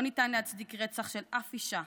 לא ניתן להצדיק רצח של אף אישה.